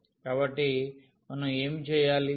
కాబట్టి మనం ఏమి చేయాలి